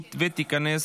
ותיכנס